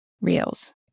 Reels